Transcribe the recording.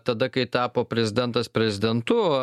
tada kai tapo prezidentas prezidentu